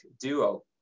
Duo